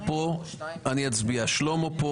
שלמה פה